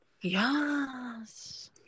Yes